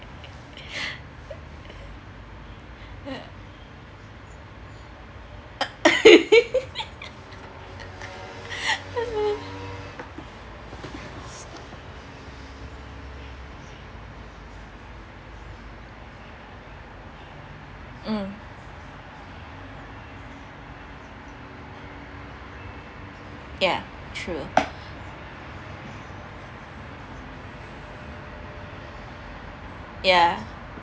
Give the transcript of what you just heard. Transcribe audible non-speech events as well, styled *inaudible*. *laughs* mm ya true ya